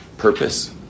purpose